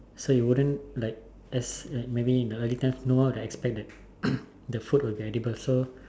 so you wouldn't like there's like maybe in the early times no one would expect that the food will be edible so